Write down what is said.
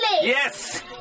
Yes